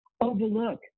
overlook